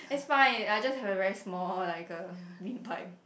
it's fine I just have a very small like a wind pipe